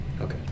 Okay